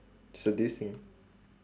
seducing